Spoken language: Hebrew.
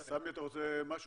סמי, אתה רוצה להגיד משהו?